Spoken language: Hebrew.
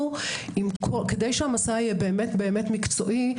כדי שהמצב יהיה באמת באמת מקצועי,